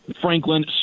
Franklin